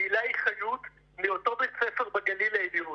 עילי חיות מאותו בית ספר בגליל העליון,